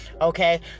okay